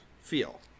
feel